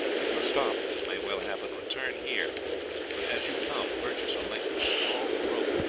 if you are stopped, as may well happen, return here but as you come purchase a length of strong rope,